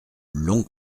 longs